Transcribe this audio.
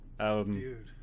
Dude